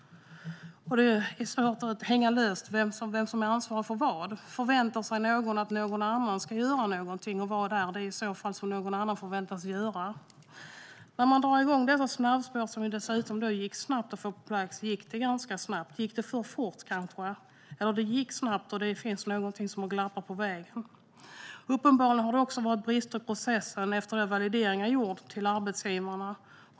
Det är svårt att det hänger löst när det gäller vem som är ansvarig för vad. Förväntar sig någon att det är någon annan som ska göra någonting, och vad är det i så fall någon annan förväntas göra? När man drog igång dessa snabbspår, som dessutom gick snabbt att få på plats, gick det alltså ganska snabbt. Gick det kanske för fort? Eller var det något som glappade på vägen när det gick så här snabbt? Uppenbarligen har det också funnits brister i processen efter det att valideringar har gjorts till arbetsgivarna.